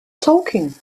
talking